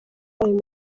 ayo